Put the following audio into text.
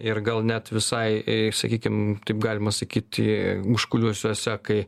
ir gal net visai sakykim taip galima sakyti užkulisiuose kai